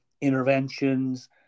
interventions